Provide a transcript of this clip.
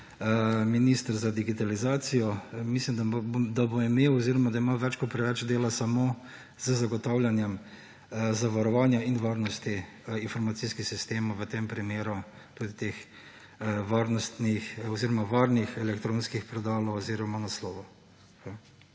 minister za digitalizacijo mislim, da bo imel oziroma da ima več kot preveč dela samo z zagotavljanjem zavarovanja in varnosti informacijskih sistemov, v tem primeru tudi varnih elektronskih predalov oziroma naslovov.